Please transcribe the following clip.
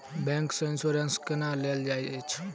bank सँ insurance केना लेल जाइत अछि